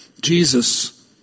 Jesus